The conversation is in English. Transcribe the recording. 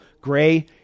gray